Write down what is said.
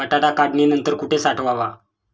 बटाटा काढणी नंतर कुठे साठवावा?